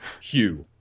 Hugh